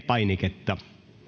painiketta